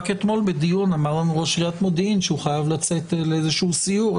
רק תמול בדיון אמר לנו ראש עיריית מודיעין שהוא חייב לצאת לאיזשהו סיור,